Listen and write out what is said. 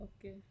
Okay